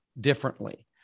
differently